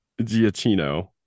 Giacchino